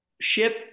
ship